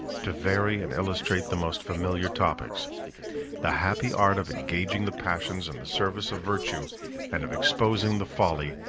to vary and illustrate the most familiar topics the happy art of engaging the passions in the service of virtue and of exposing the folly,